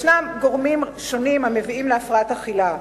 יש גורמים שונים המביאים להפרעת אכילה,